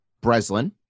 Breslin